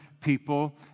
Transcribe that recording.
people